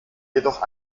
jedoch